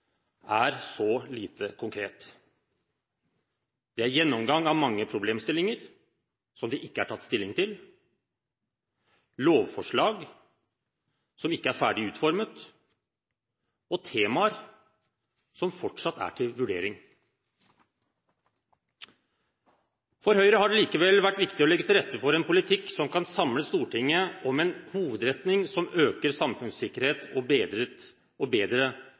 er så lite konkret. Det er gjennomgang av mange problemstillinger som det ikke er tatt stilling til, lovforslag som ikke er ferdig utformet, og temaer som fortsatt er til vurdering. For Høyre har det likevel vært viktig å legge til rette for en politikk som kan samle Stortinget om en hovedretning som gir økt samfunnssikkerhet og bedre